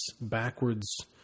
backwards